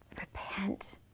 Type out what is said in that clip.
Repent